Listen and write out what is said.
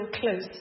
close